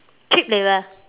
cheap labour